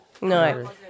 No